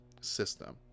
system